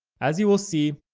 as you will see,